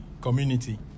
community